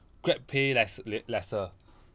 grab pay less l~ lesser